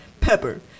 pepper